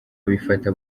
bifata